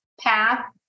path